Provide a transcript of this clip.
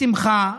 בשמחה,